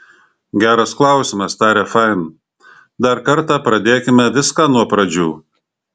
geras klausimas tarė fain dar kartą pradėkime viską nuo pradžių